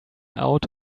out